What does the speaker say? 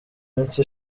minsi